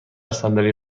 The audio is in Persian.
صندلی